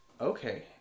Okay